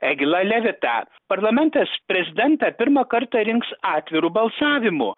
egilą levitą parlamentas prezidentą pirmą kartą rinks atviru balsavimu